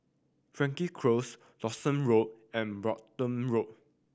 Frankel Close Dawson Road and Brompton Road